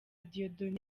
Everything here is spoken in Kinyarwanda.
dieudonné